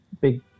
big